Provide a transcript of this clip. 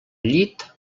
llit